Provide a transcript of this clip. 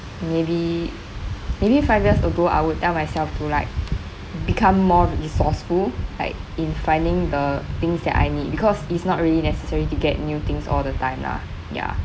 maybe maybe five years ago I would tell myself to like become more resourceful like in finding the things that I need because it's not really necessary to get new things all the time lah ya